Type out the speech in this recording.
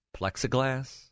Plexiglass